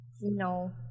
no